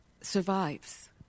survives